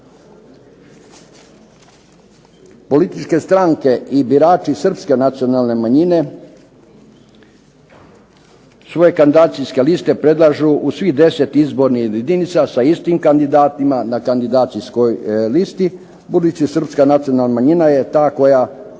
Političke stranke i birači Srpske nacionalne manjine, svoje kandidacijske liste predlažu u svim izbornim jedinicama, sa istim kandidatima na kandidacijskoj listi, budući Srpska nacionalna manjina je ta koja u